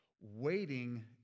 waiting